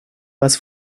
was